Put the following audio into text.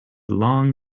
long